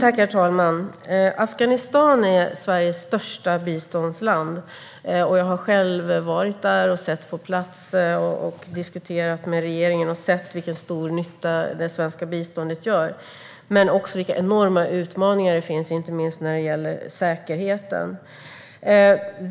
Herr talman! Afghanistan är Sveriges största biståndsland. Jag har själv varit där och diskuterat med dess regering och på plats sett vilken stor nytta det svenska biståndet gör. Men det finns också enorma utmaningar, inte minst vad gäller säkerheten.